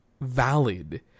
valid